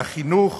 בחינוך,